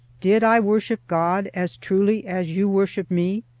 did i worship god as truly as you worship me,